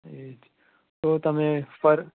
એ જ તો તમે ફર